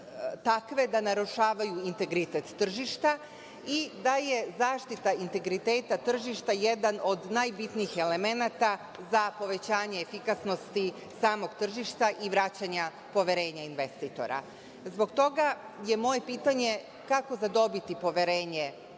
da narušavaju integritet tržišta i da je zaštita integriteta tržišta jedan od najbitnijih elemenata za povećanje efikasnosti samog tržišta i vraćanje poverenja investitora. Zbog toga je moje pitanje kako zadobiti poverenje investitora,